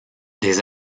des